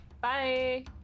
Bye